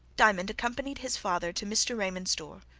diamond accompanied his father to mr. raymond's door,